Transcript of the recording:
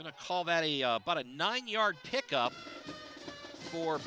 in a call that a nine yard pick up for